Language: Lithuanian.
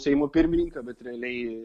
seimo pirmininką bet realiai